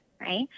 right